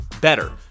better